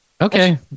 Okay